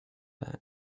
back